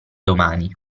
domani